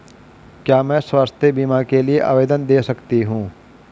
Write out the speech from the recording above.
क्या मैं स्वास्थ्य बीमा के लिए आवेदन दे सकती हूँ?